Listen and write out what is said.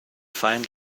feind